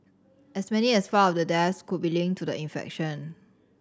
as many as five of the deaths could be linked to the infection